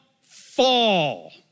fall